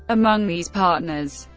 among these partners,